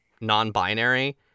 non-binary